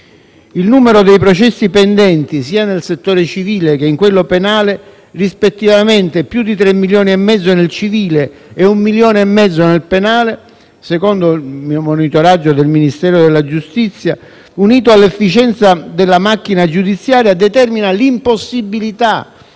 Il numero dei processi pendenti sia nel settore civile che in quello penale (rispettivamente più di tre milioni e mezzo nel civile e un milione e mezzo nel penale, secondo il monitoraggio del Ministero della giustizia), unito all'efficienza della macchina giudiziaria, determina l'impossibilità